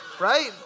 right